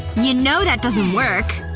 you know that doesn't work.